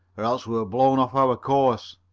or else we were blown off our course.